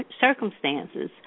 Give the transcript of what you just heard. circumstances